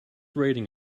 rating